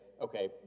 okay